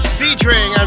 featuring